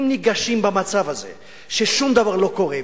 אם ניגשים במצב הזה ששום דבר לא קורה,